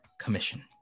commission